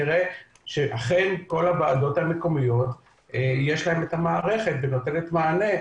נראה שאכן כל הוועדות המקומיות יש להן את המערכת והיא נותנת מענה.